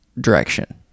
direction